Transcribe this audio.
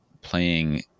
playing